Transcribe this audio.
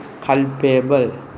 culpable